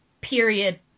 period